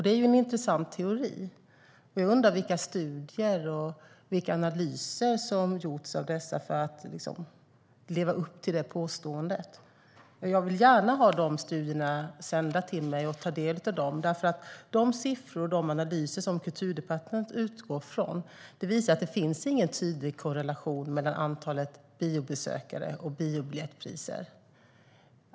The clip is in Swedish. Det är en intressant teori, men jag undrar vilka studier och analyser som gjorts av detta för att leva upp till det påståendet. Jag vill gärna ha de studierna sända till mig och ta del av dem, för de siffror och analyser som Kulturdepartementet utgår från visar att det inte finns någon tydlig korrelation mellan biobiljettpriset och antalet biobesökare.